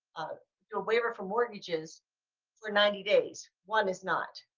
a waiver from mortgages for ninety days, one is not,